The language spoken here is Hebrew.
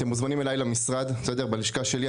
אתם מוזמנים אליי למשרד בלשכה שלי,